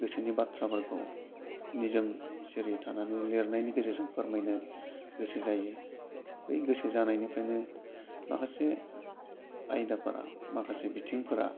गोसोनि बाथ्राफोरखौ निजोम जेरै थानानै लिरनायनि गेजेरजों फोरमायनो गोसो जायो बै गोसो जानायनिफ्रायनो माखासे आयदाफोरा माखासे बिथिंफोरा